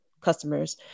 customers